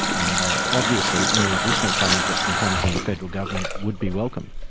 and ah obviously any additional funds that can come from the federal government would be welcomed.